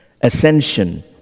Ascension